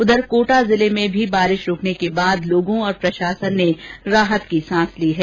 उधर कोटा जिले में भी बारिश रुकने के बाद लोगों और प्रशासन ने राहत की सांस ली है